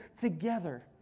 together